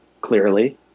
clearly